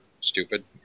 stupid